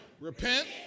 Repent